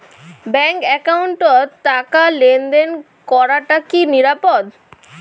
Bank একাউন্টত টাকা লেনদেন করাটা কি নিরাপদ?